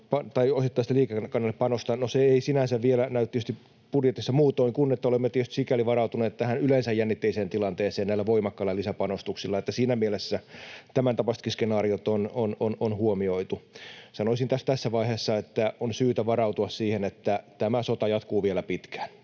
tästä osittaisesta liikekannallepanosta. No se ei sinänsä vielä näy tietysti budjetissa muutoin kuin siten, että olemme tietysti sikäli varautuneet tähän yleensä jännitteiseen tilanteeseen näillä voimakkailla lisäpanostuksilla, eli siinä mielessä tämäntapaisetkin skenaariot on huomioitu. Sanoisin tässä vaiheessa, että on syytä varautua siihen, että tämä sota jatkuu vielä pitkään.